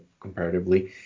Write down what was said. comparatively